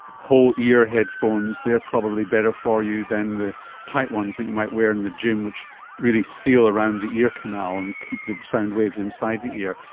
whole-ear headphones, they're probably better for you than the tight ones that you might wear in the gym, which really seal around the ear canal and keep the sound waves inside the ear.